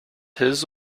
his